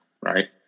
Right